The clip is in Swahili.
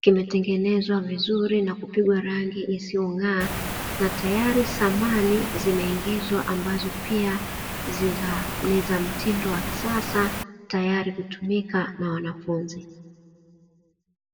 kimetengenezwa vizuri na kupigwa rangi isiyong'aa, na tayari samani zimeingizwa ambazo pia ni za mtindo wa kisasa, tayari kutumika na wanafunzi.